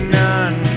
none